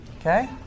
Okay